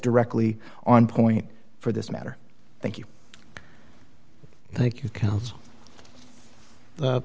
directly on point for this matter thank you thank you